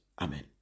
Amen